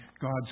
God's